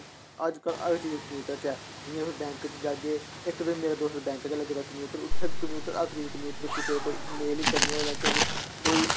अजकल हर चीज कंप्यूटर च ऐ जि'यां हुन बैंक च जाह्गे इक ते मेरा दोस्त बैंक च ऐ लग्गे दा कंप्यूटर उत्थै कंप्यूटर हर इक चीज कंप्यूटर कुसै ई कोई मेल ई करनी होऐ जां किश कोई